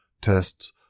Tests